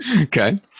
Okay